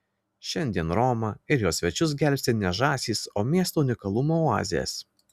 šiandien romą ir jos svečius gelbsti ne žąsys o miesto unikalumo oazės